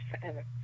forever